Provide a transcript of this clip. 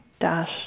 dash